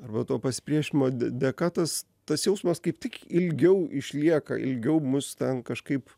arba to pasipriešinimo dėka tas tas jausmas kaip tik ilgiau išlieka ilgiau mus ten kažkaip